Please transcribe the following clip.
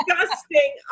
disgusting